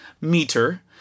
meter